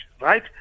right